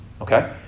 Okay